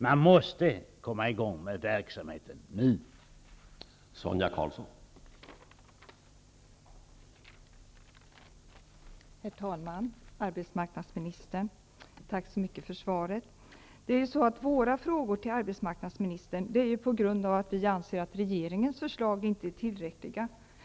Man måste komma i gång med verksamheten nu.